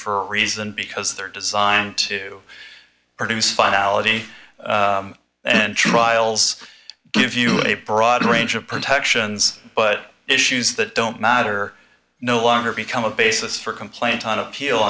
for a reason because they're designed to produce finality and trials give you a broad range of protections but issues that don't matter no longer become a basis for complaint on appeal